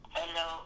Hello